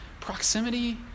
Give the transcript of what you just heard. Proximity